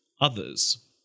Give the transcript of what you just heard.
others